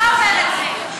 אתה אומר את זה.